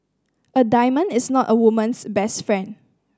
a diamond is not a woman's best friend